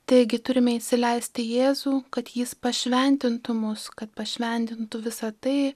taigi turime įsileisti jėzų kad jis pašventintų mus kad pašventintų visa tai